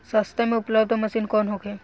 सस्ता में उपलब्ध मशीन कौन होखे?